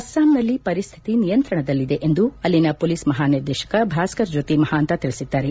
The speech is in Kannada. ಅಸ್ತಾಂನಲ್ಲಿ ಪರಿಸ್ತಿತಿ ನಿಯಂತ್ರಣದಲ್ಲಿದೆ ಎಂದು ಅಲ್ಲಿನ ಪೊಲೀಸ್ ಮಹಾನಿರ್ದೇಶಕ ಭಾಸ್ಕರ್ ಜ್ಲೋತಿ ಮಹಾಂತ ತಿಳಿಸಿದ್ದಾರೆ